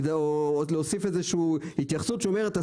או להוסיף איזו שהיא התייחסות שאומרת,